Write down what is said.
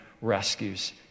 rescues